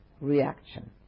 reaction